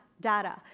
data